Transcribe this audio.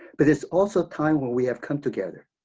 but it's also time when we have come together.